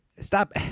Stop